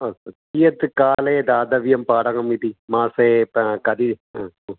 अस्तु कियत् काले दातव्यं भाटकम् इति मासे कति हा हा